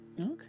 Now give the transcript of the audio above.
Okay